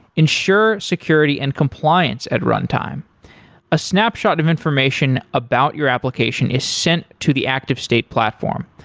ensure security and compliance at runtime a snapshot of information about your application is sent to the active state platform.